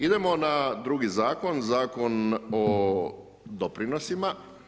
Idemo na drugi Zakon, Zakon o doprinosima.